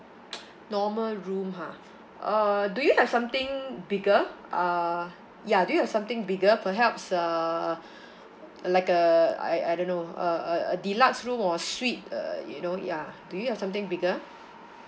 normal room ha uh do you have something bigger uh ya do you have something bigger perhaps uh like a I I don't know a a a deluxe room or suite uh you know ya do you have something bigger